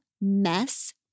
Mess